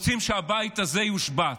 רוצים שהבית הזה יושבת,